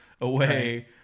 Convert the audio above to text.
away